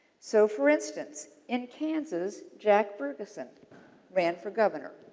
so, for instance, in kansas, jack ferguson ran for governor.